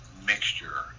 mixture